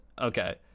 okay